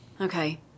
Okay